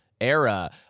era